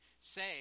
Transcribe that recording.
say